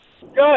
Good